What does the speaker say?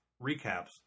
recaps